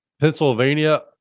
Pennsylvania